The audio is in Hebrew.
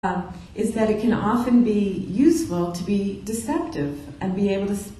... is that it can often be useful to be deceptive and be able to